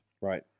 Right